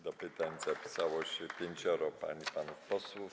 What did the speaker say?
Do pytań zapisało się pięcioro pań i panów posłów.